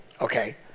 okay